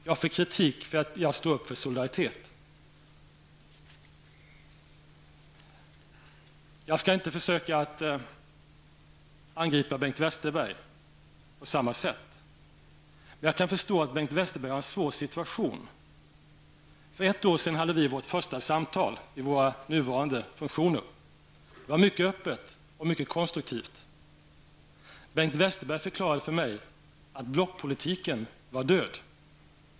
Jag fick kritik för att jag står upp för solidaritet. Jag skall försöka att inte angripa Bengt Westerberg på samma sätt. Jag kan förstå att Bengt Westerberg har en svår situation. För ett år sedan hade vi vårt första samtal i våra nuvarande funktioner. Det var mycket öppet och konstruktivt. Bengt Westerberg förklarade för mig att blockpolitiken var död.